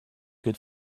good